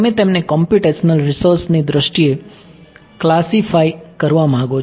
તમે તેમને computational resource ની દ્રષ્ટિએ ક્લાસિફાય કરવા માંગો છો